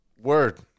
Word